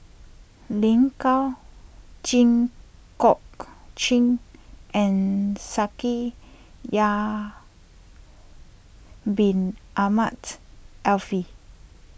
Lin Gao Jit Koon Ch'ng and Shaikh Yahya Bin Ahmed Afifi